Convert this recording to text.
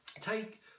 take